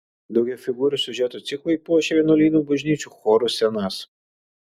daugiafigūrių siužetų ciklai puošė vienuolynų bažnyčių chorų sienas